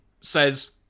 says